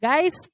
Guys